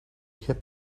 hip